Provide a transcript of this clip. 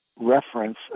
reference